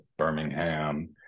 Birmingham